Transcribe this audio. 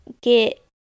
get